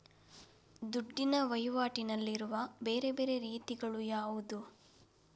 ದುಡ್ಡಿನ ವಹಿವಾಟಿನಲ್ಲಿರುವ ಬೇರೆ ಬೇರೆ ರೀತಿಗಳು ಯಾವುದು?